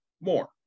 more